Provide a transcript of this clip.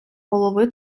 голови